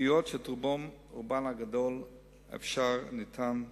פגיעות שאת רובן הגדול אפשר וניתן למנוע.